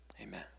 Amen